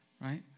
right